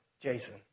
Jason